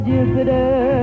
Jupiter